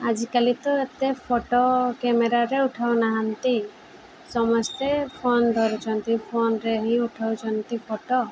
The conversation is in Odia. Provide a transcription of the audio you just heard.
ଆଜିକାଲି ତ ଏତେ ଫଟୋ କ୍ୟାମେରାରେ ଉଠାଉ ନାହାନ୍ତି ସମସ୍ତେ ଫୋନ ଧରୁଛନ୍ତି ଫୋନରେ ହିଁ ଉଠାଉଛନ୍ତି ଫଟୋ